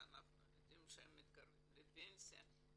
שאנחנו יודעים שהם מתקרבים לפנסיה,